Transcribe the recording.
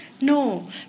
No